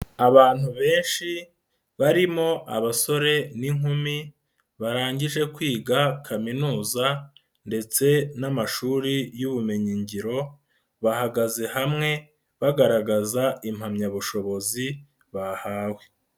Abantu benshi barimo abasore n'inkumi barangije kwiga kaminuza ndetse n'amashuri y'ubumenyingiro, bahagaze hamwe bagaragaza impamyabushobozi bahawe.